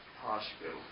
hospital